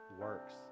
works